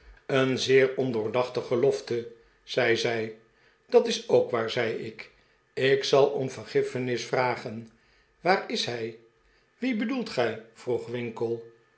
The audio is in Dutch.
een zeer ondoordachte gelofte zei zij dat is ook waar zei ik ik zal om vergiffenis vragen waar is hij wien bedoelt gij vroeg winkle